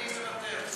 אני מוותר.